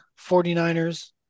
49ers